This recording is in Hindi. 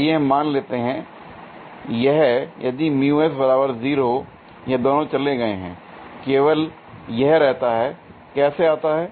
आइए हम मान लेते हैं यह यदि यह दोनों चले गए हैं केवल यह रहता है l कैसे आता है